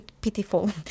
pitiful